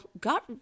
got